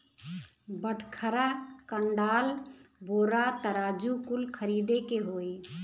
बटखरा, कंडाल, बोरा, तराजू कुल खरीदे के होई